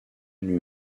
lui